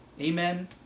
amen